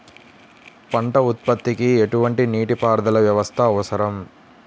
పంట ఉత్పత్తికి ఎటువంటి నీటిపారుదల వ్యవస్థ అవసరం?